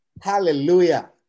Hallelujah